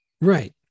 right